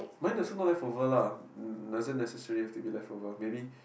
might is not leftover lah doesn't necessary have to be leftover maybe